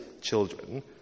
children